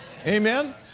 Amen